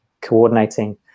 coordinating